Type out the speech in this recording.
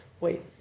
wait